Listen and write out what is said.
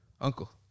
Uncle